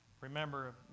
Remember